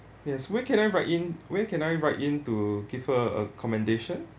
yes where can I write in where can I write in to give her a commendation